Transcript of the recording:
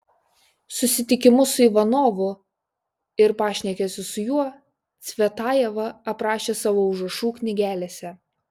susitikimus su ivanovu ir pašnekesius su juo cvetajeva aprašė savo užrašų knygelėse